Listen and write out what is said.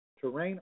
Terrain